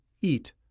eat